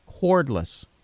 cordless